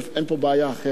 אין פה בעיה אחרת.